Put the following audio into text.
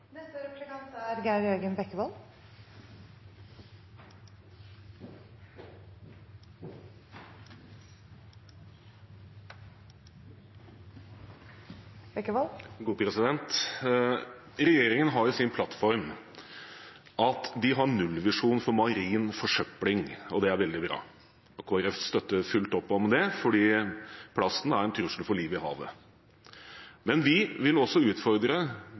Regjeringen har i sin plattform at de har en nullvisjon for marin forsøpling, og det er veldig bra. Kristelig Folkeparti støtter fullt ut opp om det, for plasten er en trussel mot livet i havet. Men vi vil også utfordre